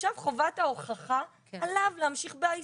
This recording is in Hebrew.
עכשיו חובת ההוכחה עליו, להמשיך בעיסוק.